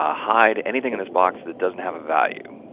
ah hide anything in this box that doesn't have a value.